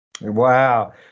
Wow